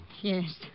Yes